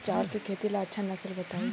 चावल के खेती ला अच्छा नस्ल बताई?